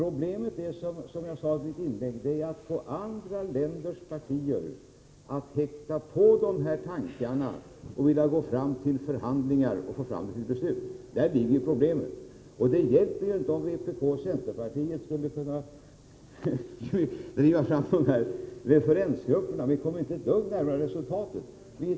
Och vi är överens om vägen att nå det målet — det tycker jag vi kan räkna in på plussidan. Problemet är, som jag sade i mitt inledningsanförande, att få andra länders partier att ansluta sig till dessa tankar och delta i förhandlingar som kan leda fram till ett beslut. Det hjälper inte om vpk och centerpartiet skulle kunna driva fram referensgrupper — vi kommer inte därmed ett dugg närmare resultatet.